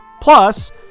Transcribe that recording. Plus